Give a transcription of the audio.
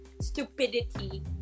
stupidity